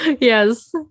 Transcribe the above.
Yes